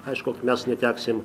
aiškuk mes neteksim